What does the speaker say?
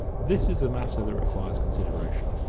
this is a matter that requires consideration.